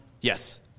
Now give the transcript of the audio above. yes